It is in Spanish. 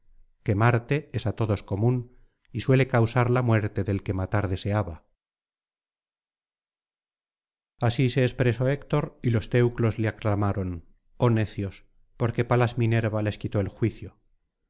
que marte es á todos común y suele causar la muerte del que matar deseaba así se expresó héctor y los teucros le aclamaron oh necios porque palas minerva les quitó el juicio